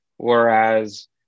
Whereas